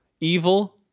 Evil